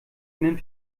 innen